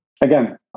Again